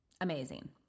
Amazing